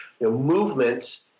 movement –